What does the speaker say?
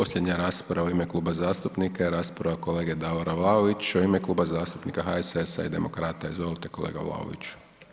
Posljednja rasprava u ime kluba zastupnika je rasprava kolege Davora Vlaovića u ime Kluba zastupnika HSS-a i Demokrata, izvolite kolega Vlaović.